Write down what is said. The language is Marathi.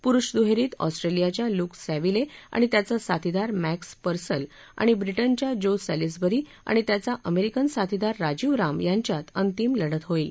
पुरुष दुहेरीत ऑस्ट्रेलियाच्या ल्यूक सॅव्हिल्ले आणि त्याचा साथीदार मॅक्स परसल आणि ब्रिटनच्या जो सॅलीसबरी आणि त्याचा अमेरिकन साथीदार राजीव राम यांच्यात अंतिम लढत होईल